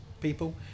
people